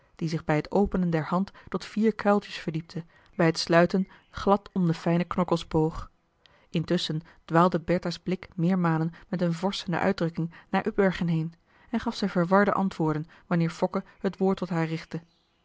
die zich bij het openen der hand tot vier kuiltjes verdiepte bij het sluiten glad om de fijne knokkels boog intusschen dwaalde bertha's blik meermalen met een vorschende uitdrukking naar upbergen heen en gaf zij verwarde antwoorden wanneer fokke het woord tot haar richtte